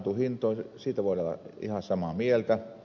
siitä voidaan olla ihan samaa mieltä